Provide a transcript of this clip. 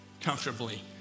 comfortably